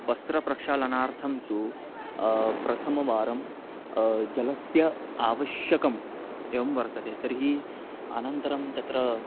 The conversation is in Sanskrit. वस्त्रप्रक्षालनार्थं तु प्रथमवारं जलम् आवश्यकम् एवं वर्तते तर्हि अनन्तरं तत्र